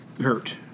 hurt